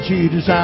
Jesus